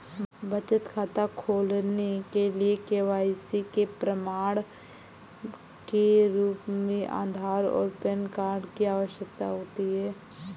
बचत खाता खोलने के लिए के.वाई.सी के प्रमाण के रूप में आधार और पैन कार्ड की आवश्यकता होती है